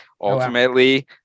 ultimately